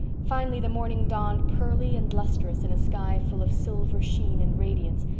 finally the morning dawned pearly and lustrous in a sky full of silver sheen and radiance,